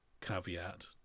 caveat